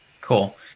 cool